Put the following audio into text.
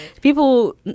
people